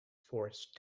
forced